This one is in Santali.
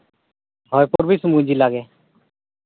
ᱦᱳᱭ ᱯᱩᱨᱵᱚ ᱥᱤᱝᱵᱷᱩᱢ ᱡᱮᱞᱟ ᱜᱮ